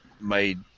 made